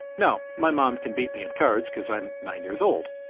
now, my mom can beat me in cards because i'm nine years old.